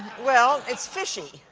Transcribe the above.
well, it's fishy.